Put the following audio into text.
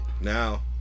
Now